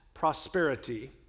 prosperity